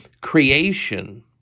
creation